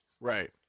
Right